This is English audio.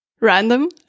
random